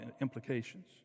implications